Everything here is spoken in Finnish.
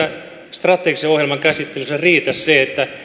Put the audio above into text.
strategisen ohjelman käsittelyssä riitä se että